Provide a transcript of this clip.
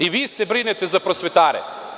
I vi se brinete za prosvetare!